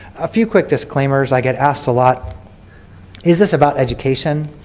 a few quick disclaimers. i get asked a lot is this about education?